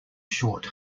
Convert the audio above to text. short